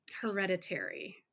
hereditary